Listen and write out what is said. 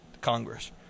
Congress